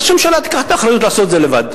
ואז הממשלה תיקח את האחריות לעשות את זה לבד.